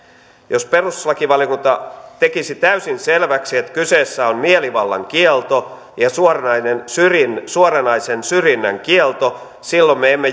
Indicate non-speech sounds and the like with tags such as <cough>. jos perustuslakivaliokunta tekisi täysin selväksi että kyseessä on mielivallan kielto ja suoranaisen syrjinnän suoranaisen syrjinnän kielto silloin me emme <unintelligible>